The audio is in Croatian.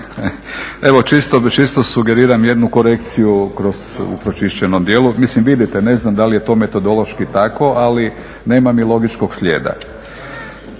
Evo čisto sugeriram jednu korekciju u pročišćenom dijelu. Mislim vidite, ne znam da li je to metodološki tako ali nema mi logičkog slijeda.